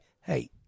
hey